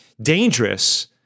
dangerous